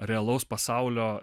realaus pasaulio